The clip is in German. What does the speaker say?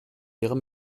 ihre